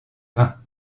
vin